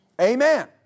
Amen